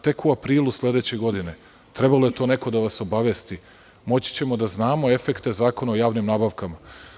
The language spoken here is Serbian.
Tek u aprilu sledeće godine, trebalo je to neko da vas obavesti, moći ćemo da znamo efekte Zakona o javnim nabavkama.